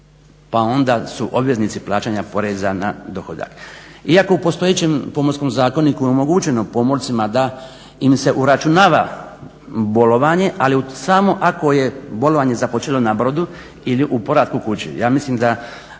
pa onda su obveznici plaćanja poreza na dohodak. Iako u postojećem pomorskom zakoniku je omogućeno pomorcima da im se uračunava bolovanje ali samo ako je bolovanje započelo na brodu ili u povratku kući. Ja mislim a